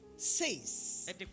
Says